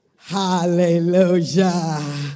hallelujah